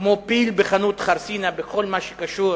כמו פיל בחנות חרסינה בכל מה שקשור